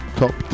top